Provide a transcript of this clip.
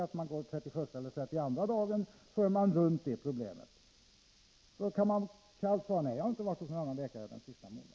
Väntar man till den trettioförsta eller trettioandra dagen så har man kommit runt problemet. Då kan man kallt svara: Nej, jag har inte varit hos någon annan läkare den senaste månaden.